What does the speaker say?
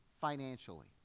financially